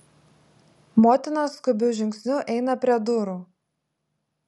motina skubiu žingsniu eina prie durų